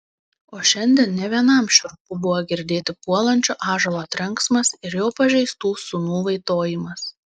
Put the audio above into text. o šiandien ne vienam šiurpu buvo girdėti puolančio ąžuolo trenksmas ir jo pažeistų sūnų vaitojimas